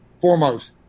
foremost